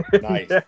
Nice